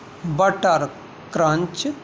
butter crunch